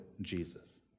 Jesus